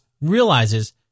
realizes